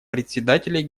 председателей